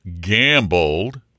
gambled